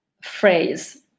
phrase